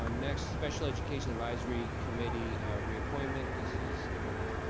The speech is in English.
um next, special education advisory committee reappointment. this is a,